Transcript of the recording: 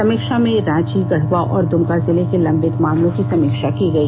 समीक्षा में रांची गढ़वा और द्मका जिले के लंबित मामलों की समीक्षा की गई